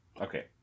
Okay